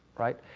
right.